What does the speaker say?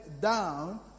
down